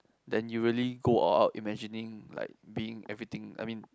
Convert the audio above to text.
then you really go all out imagining like being everything I mean